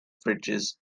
fridges